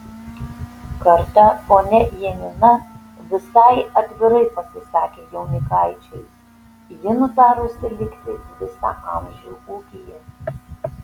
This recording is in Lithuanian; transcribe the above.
kartą ponia janina visai atvirai pasisakė jaunikaičiui ji nutarusi likti visą amžių ūkyje